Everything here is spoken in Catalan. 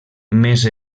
més